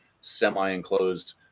semi-enclosed